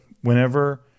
whenever